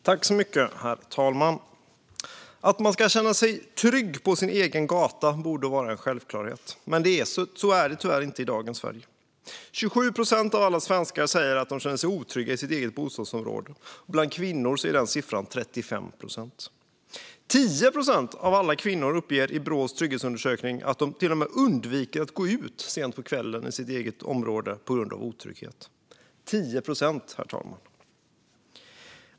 Herr talman! Att man ska känna sig trygg på sin egen gata borde vara en självklarhet, men så är det tyvärr inte i dagens Sverige. 27 procent av alla svenskar säger att de känner sig otrygga i sitt eget bostadsområde. Bland kvinnor är siffran 35 procent. 10 procent av alla kvinnor uppger i Brås trygghetsundersökning att de till och med undviker att gå ut sent på kvällen i sitt eget område på grund av otrygghet - 10 procent, herr talman!